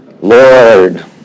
Lord